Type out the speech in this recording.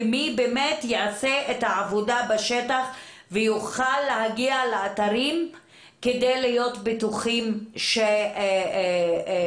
ולמישהו שיעשה את העבודה בשטח ויוכל להגיע לאתרים כדי להיות בטוחים שהם